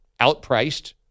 outpriced